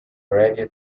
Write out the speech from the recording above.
radio